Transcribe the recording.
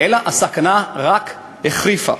אלא רק החריפה.